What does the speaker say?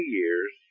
years